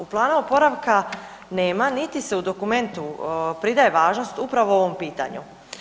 U planu oporavka nema, niti se u dokumentu pridaje važnost upravo ovom pitanju.